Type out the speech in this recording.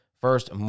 first